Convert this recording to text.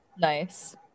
nice